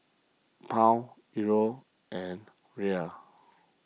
Pound Euro and Riel